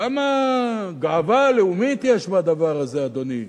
כמה גאווה לאומית יש בדבר הזה, אדוני.